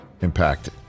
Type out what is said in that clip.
Impact